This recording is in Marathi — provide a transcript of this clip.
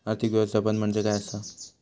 आर्थिक व्यवस्थापन म्हणजे काय असा?